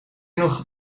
nog